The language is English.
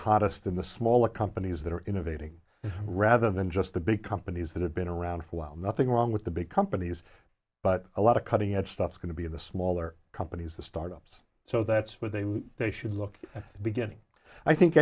hottest in the smaller companies that are innovating rather than just the big companies that have been around for a while nothing wrong with the big companies but a lot of cutting edge stuff is going to be in the smaller companies the startups so that's what they they should look at beginning i think